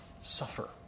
suffer